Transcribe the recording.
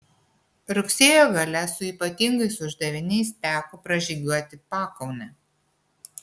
rugsėjo gale su ypatingais uždaviniais teko pražygiuoti pakaunę